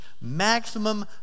maximum